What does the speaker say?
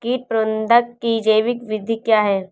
कीट प्रबंधक की जैविक विधि क्या है?